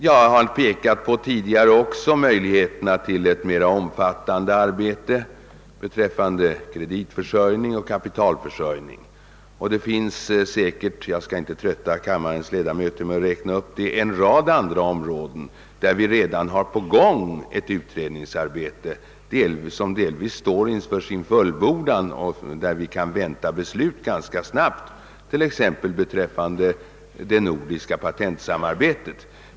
Jag har också tidigare framhållit möjligheterna till ett mera omfattande samarbete beträffande kreditoch kapitalförsörjning, och det finns säkert — jag skall inte trötta kammarens ledamöter med en uppräkning — en rad andra områden där ett utredningsarbete pågår och delvis står inför sin fullbordan och där vi kan vänta beslut ganska snabbt, t.ex. beträffande det nordiska patentsamarbetet.